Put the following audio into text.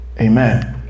Amen